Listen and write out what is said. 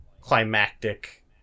climactic